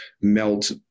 melt